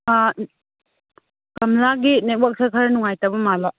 ꯑꯥ ꯀꯝꯂꯥꯒꯤ ꯅꯦꯠꯋꯥꯛꯁꯦ ꯈꯔ ꯅꯨꯡꯉꯥꯏꯇꯕ ꯃꯥꯜꯂꯦ